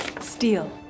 steal